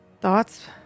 thoughts